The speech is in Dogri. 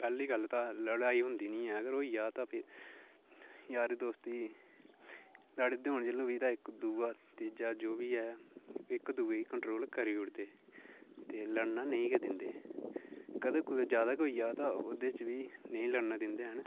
पैह्ली गल्ल तां लड़ाई होंदी नी ऐ अगर होई जा तां फ्ही यारी दोस्ती लड़दे होन जेल्लै बी इक दूआ तीज़ा जो बी ऐ इक दुए गी कंट्रोल करी उड़दे ते लड़ना नेईं गै दिंदे ते कदें कुतै ज्यादा गै होई गेआ तां ओह्दे बिच्च बी नेईं लड़ना दिंदे हैन